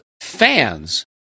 fans